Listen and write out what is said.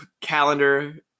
calendar